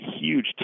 huge